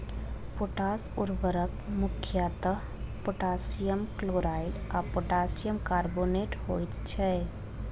potash उर्वरक मुख्यतः potassium chloride आ पोटासियम कार्बोनेट होइत छै